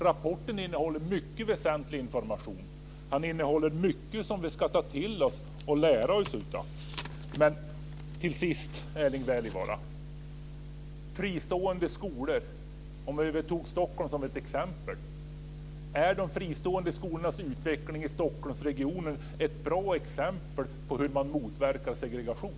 Rapporten innehåller mycket väsentlig information som vi ska ta till oss och lära av. Till sist, Erling Wälivaara: Jag tog Stockholm som ett exempel när det gällde fristående skolor. Är de fristående skolornas utveckling i Stockholmsregionen ett bra exempel på hur man motverkar segregation?